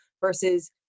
versus